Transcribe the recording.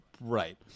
Right